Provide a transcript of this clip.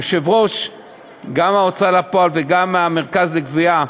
יושב-ראש ההוצאה לפועל וגם המרכז לגבייה,